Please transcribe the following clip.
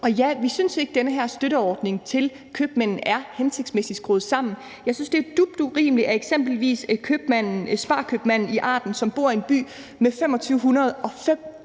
Og ja, vi synes ikke, at den her støtteordning til købmænd er hensigtsmæssigt skruet sammen. Jeg synes, at det er dybt urimeligt, at f.eks. SPAR-købmanden i Arden, som ligger i en by med 2.505